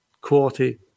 quality